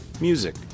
music